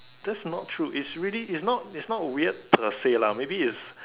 this not true it's really it's not it's not weird to say lah maybe is